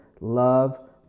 love